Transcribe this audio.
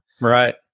Right